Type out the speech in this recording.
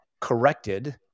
corrected